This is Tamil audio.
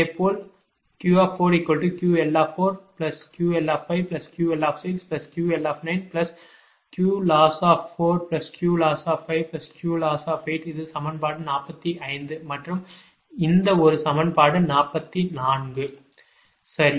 இதேபோல் Q4QL4QL5QL6QL9Qloss4Qloss5Qloss8 இது சமன்பாடு 45 மற்றும் இந்த ஒரு சமன்பாடு 44 சரி